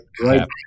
right